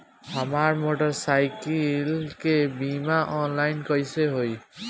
हमार मोटर साईकीलके बीमा ऑनलाइन कैसे होई?